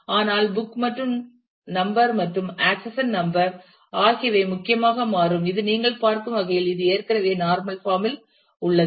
ஆகையால் புக் மற்றும் நம்பர் மற்றும் ஆக்சஷன் நம்பர் ஆகியவை முக்கியமாக மாறும் இது நீங்கள் பார்க்கும் வகையில் இது ஏற்கனவே நார்மல் பாம் இல் உள்ளது